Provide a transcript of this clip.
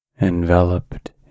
enveloped